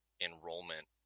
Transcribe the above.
enrollment